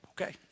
okay